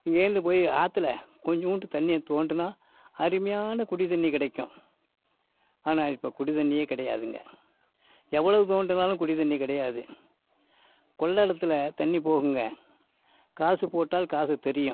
இங்கேயிருந்து போய் ஆற்றுல கொஞ்சோண்டு தண்ணியை தோண்டினா அருமையான குடி தண்ணி கிடைக்கும் ஆனால் இப்போ குடி தண்ணியே கிடையாதுங்க எவ்வளோ தோண்டினாலும் குடி தண்ணி கிடையாது கொல்லிடத்துல தண்ணி போகுதுங்க காசு போட்டால் காசு தெரியும்